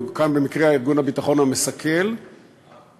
כאן במקרה ארגון הביטחון המסכל הפלסטיני,